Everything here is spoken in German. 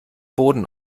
boden